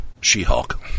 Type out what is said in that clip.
She-Hulk